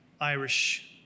Irish